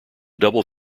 double